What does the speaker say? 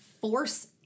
force